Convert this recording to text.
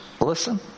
listen